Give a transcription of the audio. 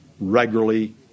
Regularly